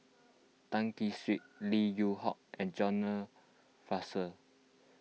Tan Kee Sek Lim Yew Hock and John Fraser